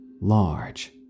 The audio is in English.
Large